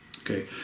Okay